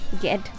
get